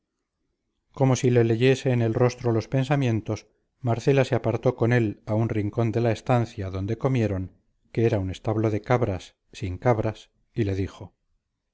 como si le leyese en el rostro los pensamientos marcela se apartó con él a un rincón de la estancia donde comieron que era un establo de cabras sin cabras y le dijo